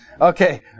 okay